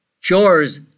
chores